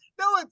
no